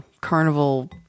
carnival